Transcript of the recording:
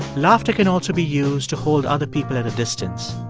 laughter can also be used to hold other people at a distance.